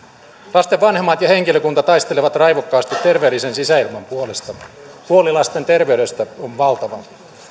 lasten vanhemmat ja henkilökunta taistelevat raivokkaasti terveellisen sisäilman puolesta huoli lasten terveydestä on valtava